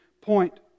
point